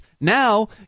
Now